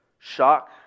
Shock